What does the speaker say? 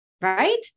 right